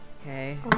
Okay